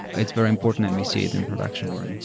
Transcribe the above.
it's very important and we see it in production already.